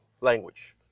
language